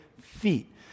feet